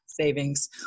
savings